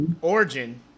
origin